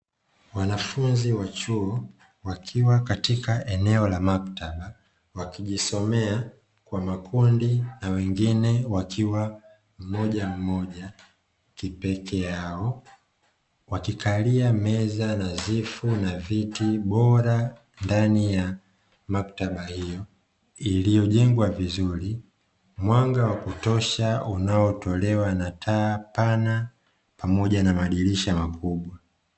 Wanafunzi wa chuo wakiwa katika eneo la maktaba, wakijisomea kwa makundi na wengine wakiwa mmoja mmoja kipekee yao. Wakikalia meza nadhifu na viti bora ndani ya maktaba hiyo, iliyojengwa vizuri, mwanga wa kutosha unaotolewa na taa pana pamoja na madirisha makubwa.